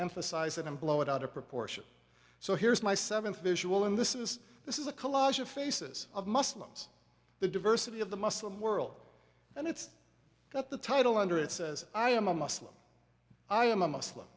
emphasize it and blow it out of proportion so here's my seventh visual and this is this is a collage of faces of muslims the diversity of the muslim world and it's that the title under it says i am a muslim i am